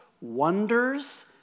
wonders